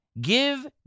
give